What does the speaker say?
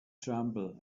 tremble